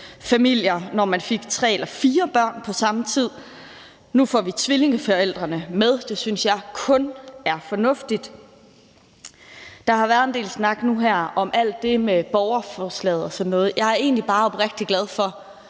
flerlingefamilier, når man fik tre eller fire børn på samme tid. Nu får vi tvillingeforældrene med, og det synes jeg kun er fornuftigt. Der har nu her været en del snak om alt det med borgerforslaget og sådan noget, og jeg er egentlig bare oprigtigt glad for,